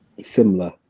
similar